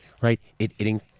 right